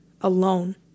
alone